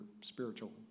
spiritual